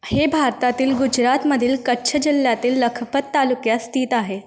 हे भारतातील गुजरातमधील कच्छ जिल्ह्यातील लखपत तालुक्यात स्थित आहे